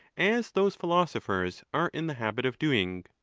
as those philosophers are in the habit of doing.